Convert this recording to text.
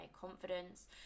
confidence